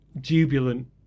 jubilant